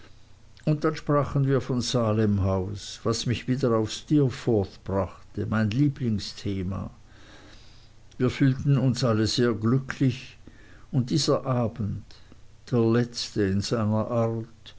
und dann sprachen wir von salemhaus was mich wieder auf steerforth brachte mein lieblingsthema wir fühlten uns alle sehr glücklich und dieser abend der letzte in seiner art